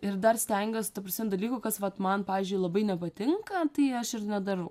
ir dar stengiuos ta prasme dalykų kas vat man pavyzdžiui labai nepatinka tai aš ir nedarau